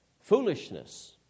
Foolishness